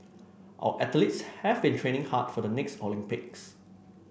our athletes have been training hard for the next Olympics